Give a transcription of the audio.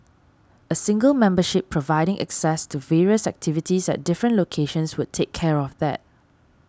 a single membership providing access to various activities at different locations would take care of that